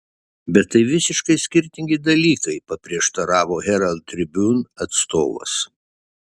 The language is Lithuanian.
bet tai visiškai skirtingi dalykai paprieštaravo herald tribune atstovas